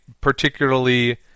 particularly